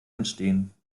entstehen